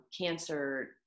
cancer